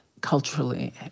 culturally